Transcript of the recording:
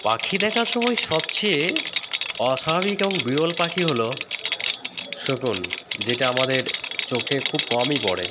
পাখি দেখার সময় সবচেয়ে অস্বাভাবিক এবং বিরল পাখি হলো শকুন যেটা আমাদের চোখে খুব কমই পড়ে